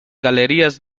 galerías